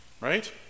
right